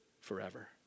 forever